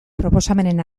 proposamenen